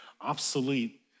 obsolete